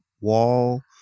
wall